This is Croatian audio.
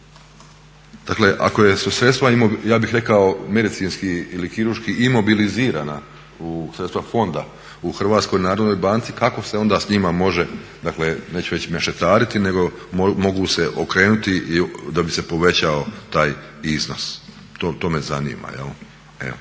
Dakle, ako su sredstva ja bih rekao medicinski ili kirurški imobilizirana u sredstva fonda u HNB-u kako se onda s njima može dakle neću reći mešetariti nego mogu se okrenuti da bi se povećao taj iznos. To me zanima, jel'.